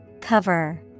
Cover